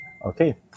Okay